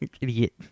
Idiot